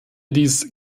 dies